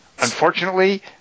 Unfortunately